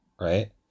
right